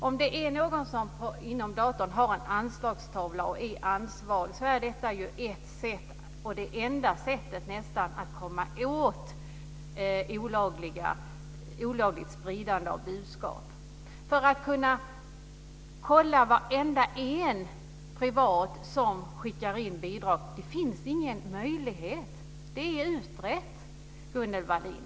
I fall där någon som ansvarar för en elektronisk anslagstavla sprider ett olagligt budskap är lagen nästan det enda sättet att komma åt detta. Det finns inga förutsättningar att kolla varenda en som privat skickar in bidrag. Dessa möjligheter är alltför utbredda, Gunnel Wallin.